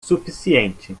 suficiente